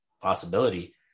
possibility